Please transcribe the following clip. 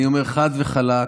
אני אומר חד וחלק,